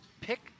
pick